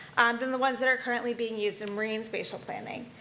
than the ones that are currently being used in marine spatial planning.